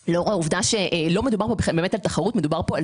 שלא מדובר פה על תחרות אלא על